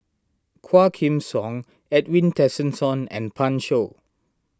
Quah Kim Song Edwin Tessensohn and Pan Shou